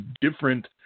different